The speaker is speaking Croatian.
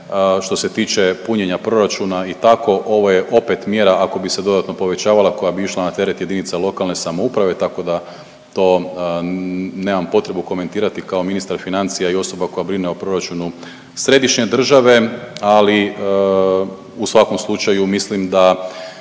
Što se tiče punjenja proračuna i tako ovo je opet mjera ako bi se dodatno povećavala koja bi išla na teret jedinica lokalne samouprave tako da to nemam potrebu komentirati kao ministar financija i osoba koja brine o proračunu središnje države, ali u svakom slučaju mislim da